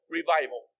revival